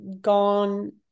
gone